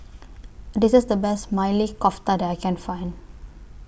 This IS The Best Maili Kofta that I Can Find